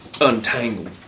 untangled